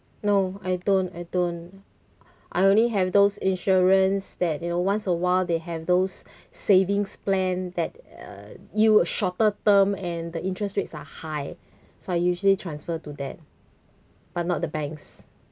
no I don't I don't I only have those insurance that you know once a while they have those savings plan that uh yield a shorter term and the interest rates are high so I usually transfer to that but not the banks